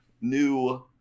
new